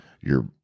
Your-